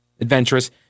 adventurous